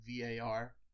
VAR